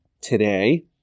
today